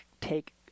take